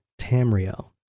Tamriel